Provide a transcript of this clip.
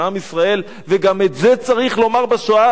וגם את זה צריך לומר בשעה הזאת,